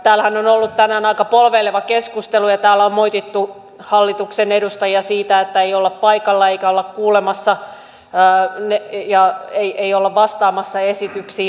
täällähän on ollut tänään aika polveileva keskustelu ja täällä on moitittu hallituksen edustajia siitä että ei olla paikalla eikä olla kuulemassa ja ei olla vastaamassa esityksiin